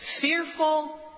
Fearful